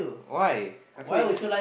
why I thought it's